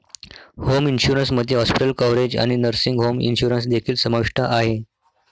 home insurance मध्ये hospital coverage आणि nursing home insurance देखील समाविष्ट आहे